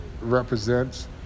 represents